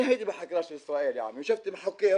הייתי בחקירה של ישראל, ישבתי עם חוקר.